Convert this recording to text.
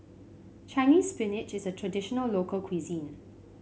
Chinese Spinach is a traditional local cuisine